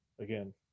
again